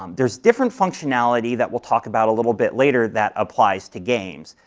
um there's different functionality that we'll talk about a little bit later that applies to games,